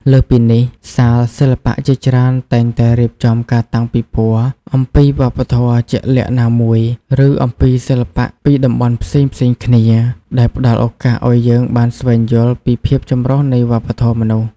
លើសពីនេះ សាលសិល្បៈជាច្រើនតែងតែរៀបចំការតាំងពិពណ៌អំពីវប្បធម៌ជាក់លាក់ណាមួយ ឬអំពីសិល្បៈពីតំបន់ផ្សេងៗគ្នា ដែលផ្តល់ឱកាសឲ្យយើងបានស្វែងយល់ពីភាពចម្រុះនៃវប្បធម៌មនុស្ស។